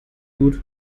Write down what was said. gut